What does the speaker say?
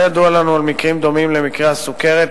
לא ידוע לנו על מקרים דומים למקרי הסוכרת.